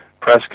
press